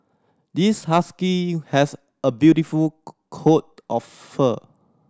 this husky has a beautiful coat of fur